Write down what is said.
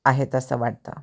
आहेत असं वाटतं